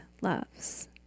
loves